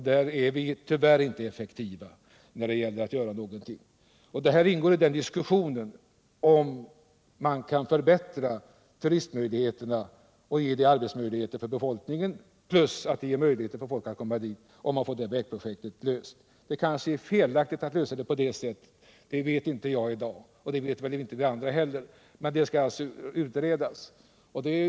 Där är vi tyvärr inte effektiva. Det här ingår i diskussionen, huruvida man genom vägprojektet kan förbättra turistmöjligheterna och ge folk möjligheter att komma dit och samtidigt åstadkomma de arbetsmöjligheter för befolkningen som behövs. Det kanske är felaktigt att lösa problemen på det sättet — det vet inte jag i dag, och det vet väl inte ni andra heller. Detta skall alltså utredas.